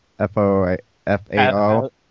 F-O-F-A-O